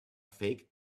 faked